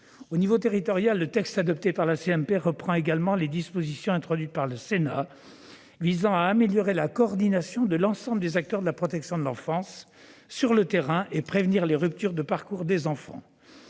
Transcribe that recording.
par la commission mixte paritaire reprend également les dispositions introduites par le Sénat, qui visent à améliorer la coordination de l'ensemble des acteurs de la protection de l'enfance sur le terrain et à prévenir les ruptures de parcours des enfants.